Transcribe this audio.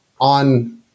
on